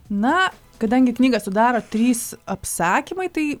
na kadangi knygą sudaro trys apsakymai tai